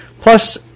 plus